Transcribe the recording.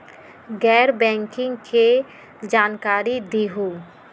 गैर बैंकिंग के जानकारी दिहूँ?